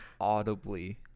audibly